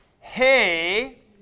Hey